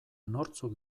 nortzuk